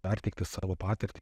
perteikti savo patirtį